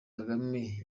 kagame